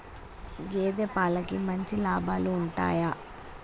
గేదే పాలకి మంచి లాభాలు ఉంటయా?